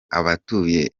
abatuye